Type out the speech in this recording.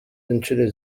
incuro